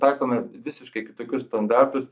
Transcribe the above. taikome visiškai kitokius standartus